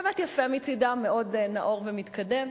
באמת יפה מצדם, מאוד נאור ומתקדם.